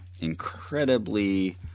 incredibly